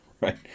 Right